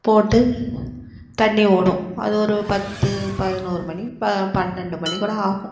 போட்டு தண்ணி ஓடும் அது ஒரு பத்து பதினோறு மணி பன்னெண்டு மணி கூட ஆகும்